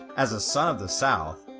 as a son of the south,